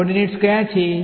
coordinates કયાં છે